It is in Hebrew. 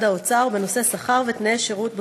האוצר בנושא שכר ותנאי שירות בחוץ-לארץ.